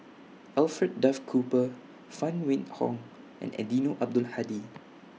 Alfred Duff Cooper Phan Wait Hong and Eddino Abdul Hadi